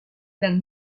dal